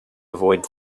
avoid